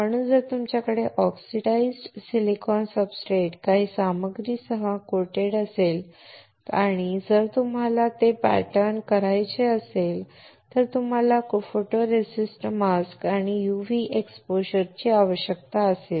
म्हणून जर तुमच्याकडे ऑक्सिडाइज्ड सिलिकॉन सब्सट्रेट काही सामग्रीसह लेपित असेल आणि जर तुम्हाला ते पॅटर्न करायचे असेल तर तुम्हाला फोटोरेसिस्ट मास्क आणि UV एक्सपोजरची आवश्यकता असेल